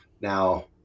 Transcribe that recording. Now